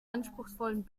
anspruchsvollen